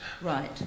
Right